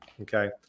okay